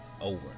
over